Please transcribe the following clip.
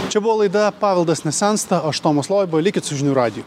čia buvo laida paveldas nesensta aš tomas loiba likit su žinių radiju